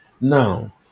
now